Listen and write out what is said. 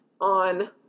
on